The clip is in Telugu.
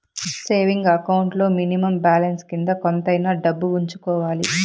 సేవింగ్ అకౌంట్ లో మినిమం బ్యాలెన్స్ కింద కొంతైనా డబ్బు ఉంచుకోవాలి